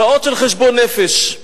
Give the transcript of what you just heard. שעות של חשבון נפש.